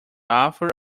author